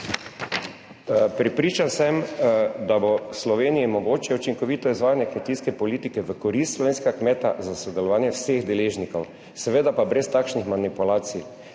Prepričan sem, da bo Sloveniji mogoče učinkovito izvajanje kmetijske politike v korist slovenskega kmeta, za sodelovanje vseh deležnikov, seveda pa brez takšnih manipulacij,